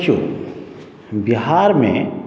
देखियौ बिहारमे